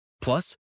Plus